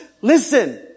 listen